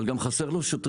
אבל גם חסרים לו שוטרים,